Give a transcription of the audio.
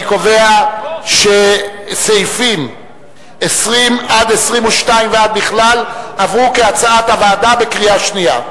אני קובע שסעיפים 20 22 ועד בכלל עברו כהצעת הוועדה בקריאה שנייה.